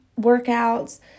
workouts